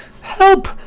help